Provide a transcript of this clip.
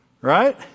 right